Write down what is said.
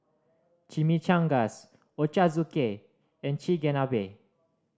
Chimichangas Ochazuke and Chigenabe